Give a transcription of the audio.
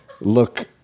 look